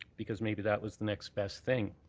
because maybe that was the next best thing.